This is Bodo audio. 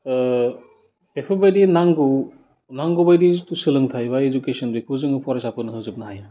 बेफोरबादि नांगौ नांगौबादि जिथु सोलोंथाय एबा इडुकेसन बेखौ जोङो फरायसाफोरनो होजोबनो हाया